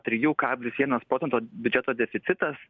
trijų kablis vienas procento biudžeto deficitas